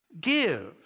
give